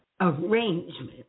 arrangement